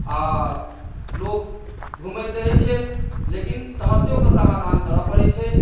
आ लोक घुमैत तऽ अछिए लेकिन समस्योके समाधान करय पड़ैत छै